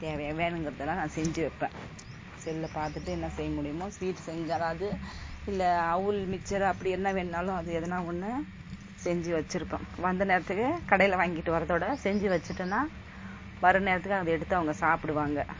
தேவையாக வேணுங்கிறதெல்லாம் நான் செஞ்சு வைப்பேன் செல்லை பார்த்துட்டு என்ன செய்ய முடியுமோ ஸ்வீட் செஞ்சு அதாவது இல்லை அவல் மிக்சரை அப்படி என்ன வேணுன்னாலும் அது எதுனால் ஒன்று செஞ்சு வச்சுருப்பேன் வந்த நேரத்துக்கு கடையில் வாங்கிகிட்டு வர்றதோட செஞ்சு வச்சுட்டோன்னா வர்ற நேரத்துக்கு அதை எடுத்து அவங்க சாப்பிடுவாங்க